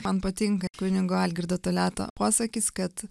man patinka kunigo algirdo toliato posakis kad